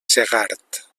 segart